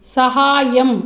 सहाय्यम्